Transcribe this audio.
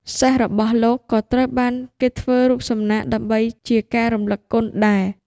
សេះរបស់លោកក៏ត្រូវបានគេធ្វើរូបសំណាកដើម្បីជាការរំលឹកគុណដែរ។